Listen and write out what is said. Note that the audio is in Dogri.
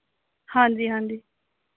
हांजी हांजी